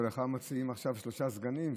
אבל לך מציעים עכשיו שלושה סגנים,